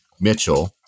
Mitchell